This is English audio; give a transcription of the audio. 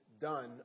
done